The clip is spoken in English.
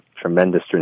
tremendous